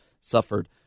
suffered